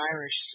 Irish